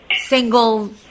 single